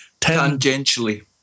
Tangentially